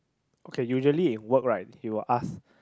okay usually in work right we will ask